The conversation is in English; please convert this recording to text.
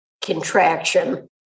contraction